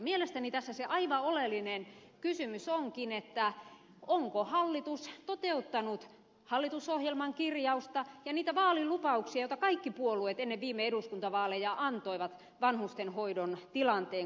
mielestäni tässä se aivan oleellinen kysymys onkin onko hallitus toteuttanut hallitusohjelman kirjausta ja niitä vaalilupauksia joita kaikki puolueet ennen viime eduskuntavaaleja antoivat vanhustenhoidon tilanteen korjaamisesta